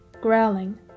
growling